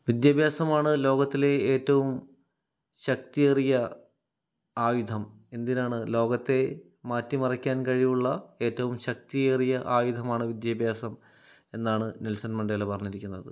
വിദ്യാഭ്യാസമാണ് ലോകത്തിലെ ഏറ്റവും ശക്തിയേറിയ ആയുധം എന്തിനാണ് ലോകത്തെ മാറ്റി മറിക്കാൻ കഴിവുള്ള ഏറ്റവും ശക്തിയേറിയ ആയുധമാണ് വിദ്യാഭ്യാസം എന്നാണ് നെൽസൺ മണ്ടേല പറഞ്ഞിരിക്കുന്നത്